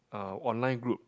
uh online group